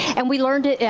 and we learned it, yeah